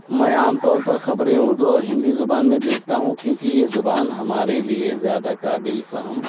میں عام طور پر خبریں اردو اور ہندی زبان میں دیکھتا ہوں کیونکہ یہ زبان ہمارے لیے زیادہ قابل فہم